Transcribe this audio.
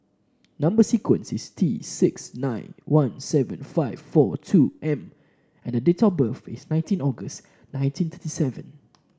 number sequence is T six nine one seven five four two M and the date of birth is nineteen August nineteen thirty seven